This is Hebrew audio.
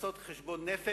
לעשות חשבון נפש